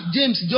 James